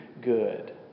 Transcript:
good